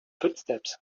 footsteps